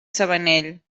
sabanell